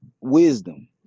wisdom